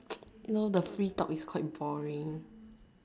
no the free talk is quite boring